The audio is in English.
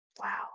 Wow